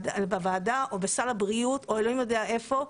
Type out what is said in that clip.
בוועדה או בסל הבריאות או אלוהים יודע איפה,